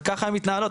וככה הן מתנהלות.